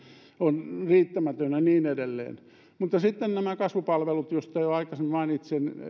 on riittämätöntä ja niin edelleen mutta sitten näitä kasvupalveluita joista jo aikaisemmin mainitsin ja